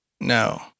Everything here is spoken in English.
No